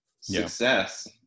success